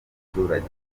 baturage